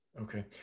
Okay